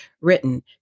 written